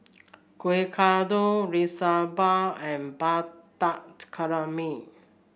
Kueh Kodok Liu Sha Bao and calamari